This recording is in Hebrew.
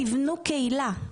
תיבנו קהילה,